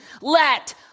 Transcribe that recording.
Let